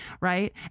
Right